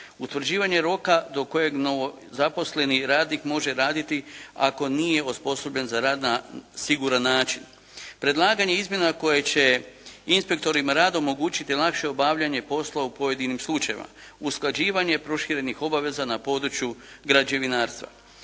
Utvrđivanje roka do kojeg zaposleni radnik može raditi ako nije osposobljen za rad na siguran način. Predlaganje izmjena koje će inspektorima rada omogućiti lakše obavljanje poslova u pojedinim slučajevima. Usklađivanje proširenih obaveza na području građevinarstva.